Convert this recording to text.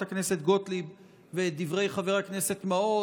הכנסת גוטליב ואת דברי חבר הכנסת מעוז,